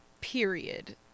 period